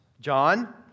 John